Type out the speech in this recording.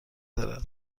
دارد